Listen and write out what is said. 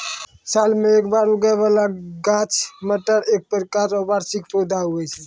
साल मे एक बेर उगै बाला गाछ मटर एक प्रकार रो वार्षिक पौधा हुवै छै